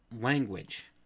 language